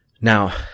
Now